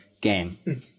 game